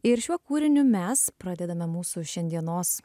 ir šiuo kūriniu mes pradedame mūsų šiandienos